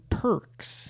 perks